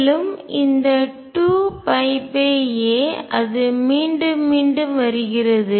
மேலும் இந்த 2a அது மீண்டும் மீண்டும் வருகிறது